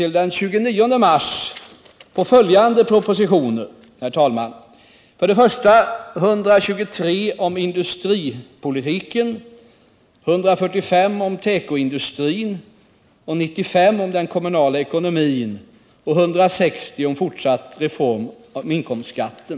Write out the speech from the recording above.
0. m. den 29 mars för propositionerna 123 om industripolitiken, 145 om tekoindustrin, 95 om den kommunala ekonomin och 160 om fortsatt reformering av inkomstskatten.